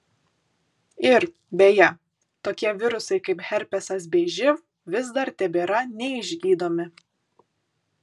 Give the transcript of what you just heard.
ir beje tokie virusai kaip herpesas bei živ vis dar tebėra neišgydomi